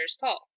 tall